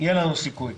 יהיה לנו סיכוי.